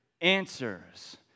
answers